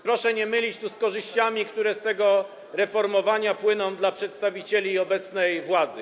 Proszę nie mylić tego z korzyściami, które z tego reformowania płyną dla przedstawicieli obecnej władzy.